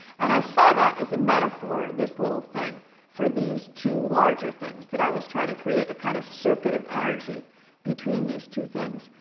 and i saw that as a metaphor this little thing for these two larger things, that i was trying to create a kind of circuit of energy between these two things.